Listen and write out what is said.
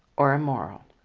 or immoral.